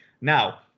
Now